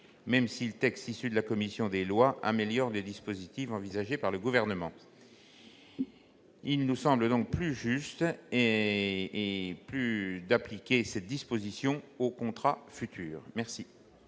même si le texte issu de la commission des lois améliore le dispositif envisagé par le Gouvernement. Il nous semble plus juste d'appliquer cette interdiction aux contrats futurs.